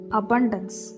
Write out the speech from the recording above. abundance